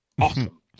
Awesome